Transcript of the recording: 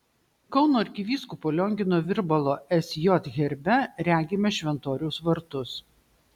kauno arkivyskupo liongino virbalo sj herbe regime šventoriaus vartus